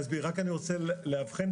אגב, מנהלת